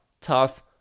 tough